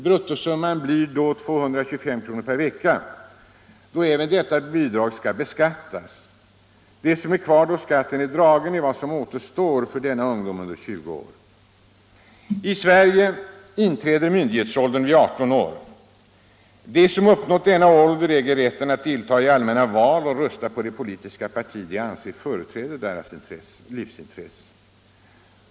Bruttosumman blir alltså 225 kr. per vecka, då även detta bidrag skall beskattas. Det som är kvar när skatten är dragen är vad som återstår för dessa ungdomar under 20 år. I Sverige inträder myndighetsåldern vid 18 år. De som uppnått denna ålder äger rätt att delta i allmänna val och att rösta på det politiska parti de anser företräder deras livsintressen.